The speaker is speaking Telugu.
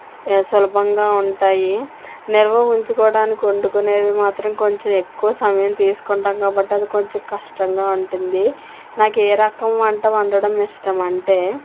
సులభంగా ఉంటాయి నిల్వ ఉంచుకోవడానికి వండుకునేవి మాత్రం కొంచెం ఎక్కువ సమయం తీసుకుంటాం కాబట్టి అది కొంచెం కష్టంగా ఉంటుంది నాకు ఏ రకం వంట వండడం ఇష్టం అంటే